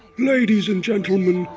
ladies and gentlemen,